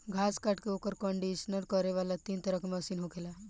घास काट के ओकर कंडीशनिंग करे वाला तीन तरह के मशीन होखेला